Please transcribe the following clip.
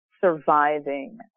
surviving